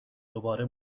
دوباره